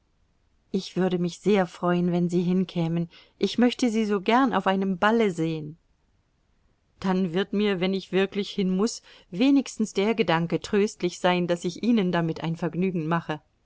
ich würde mich sehr freuen wenn sie hinkämen ich möchte sie so gern auf einem balle sehen dann wird mir wenn ich wirklich hin muß wenigstens der gedanke tröstlich sein daß ich ihnen damit ein vergnügen mache